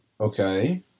Okay